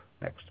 Next